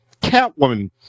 Catwoman